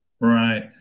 Right